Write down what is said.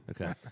Okay